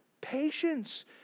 patience